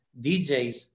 DJs